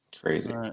Crazy